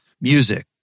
music